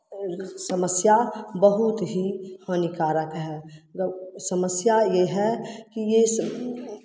समस्या बहुत ही हानिकारक है मतलब समस्या ये है कि ये